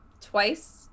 twice